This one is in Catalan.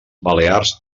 balears